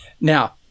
Now